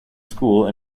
school